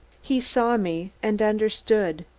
he saw me, and understood.